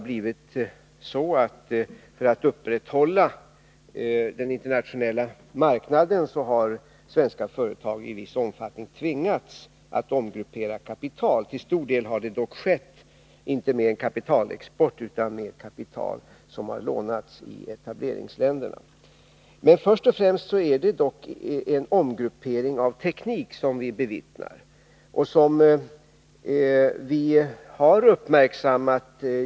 För att upprätthålla den internationella marknaden har svenska företag i viss omfattning tvingats att omgruppera kapital. Till stor del har detta dock skett, inte med kapitalexport, utan med kapital som har lånats i etableringsländerna. Först och främst är det dock en omgruppering av teknik som vi bevittnar och som vi har uppmärksammat.